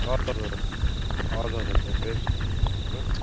हजुर हजुर अँ हजुर हजुर त्यो बेस्ट हुन्छ तपाईँको